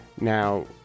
Now